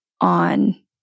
on